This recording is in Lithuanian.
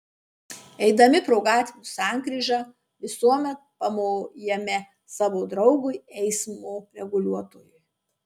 eidami pro gatvių sankryžą visuomet pamojame savo draugui eismo reguliuotojui